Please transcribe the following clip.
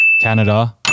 Canada